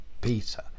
Peter